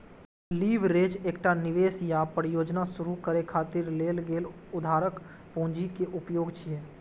leverage एकटा निवेश या परियोजना शुरू करै खातिर लेल गेल उधारक पूंजी के उपयोग छियै